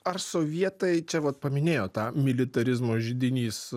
ar sovietai čia vat paminėjot tą militarizmo židinys